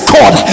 God